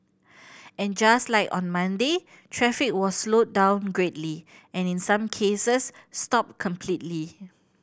and just like on Monday traffic was slowed down greatly and in some cases stopped completely